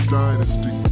dynasty